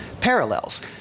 parallels